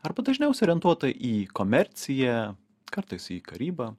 arba dažniausiai orientuota į komerciją kartais į karybą